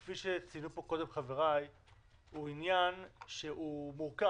כפי שהציגו קודם חבריי, הוא עניין מורכב.